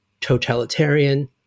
totalitarian